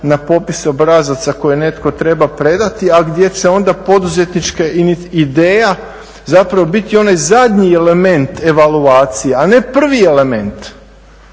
na popis obrazaca koje netko treba predati, a gdje će onda poduzetnička ideja zapravo biti onaj zadnji element evaluacije, a ne prvi element.